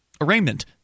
arraignment